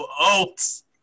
Oats